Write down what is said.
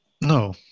No